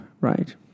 right